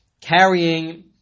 carrying